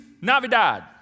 Navidad